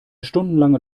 stundenlange